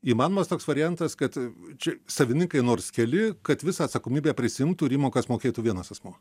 įmanomas toks variantas kad čia savininkai nors keli kad visą atsakomybę prisiimtų ir įmokas mokėtų vienas asmuo